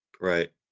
Right